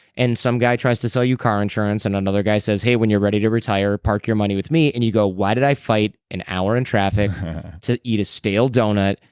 and some guy tries to sell your car insurance. and another guy says, hey. when you're ready to retire, park your money with me. and you go, why did i fight an hour in traffic to eat a stale donut,